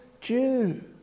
Jew